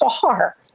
far